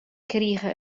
krige